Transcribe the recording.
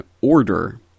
order